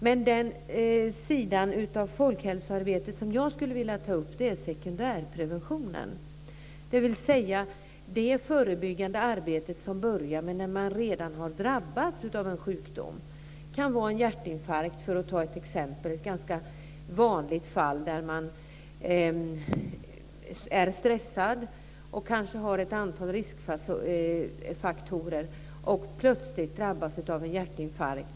Den sida av folkhälsoarbetet som jag skulle vilja ta upp är sekundärpreventionen, dvs. det förebyggande arbete som börjar när man redan har drabbats av en sjukdom. Det kan gälla hjärtinfarkt, för att ta ett ganska vanligt fall. En person som kanske är stressad och har ett antal riskfaktorer drabbas plötsligt av en hjärtinfarkt.